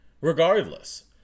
Regardless